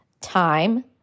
time